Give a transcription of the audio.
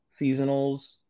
seasonals